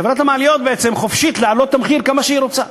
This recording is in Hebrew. חברת המעליות בעצם חופשייה להעלות את המחיר כמה שהיא רוצה.